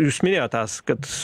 jūs minėjot tas kad